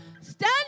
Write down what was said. Stand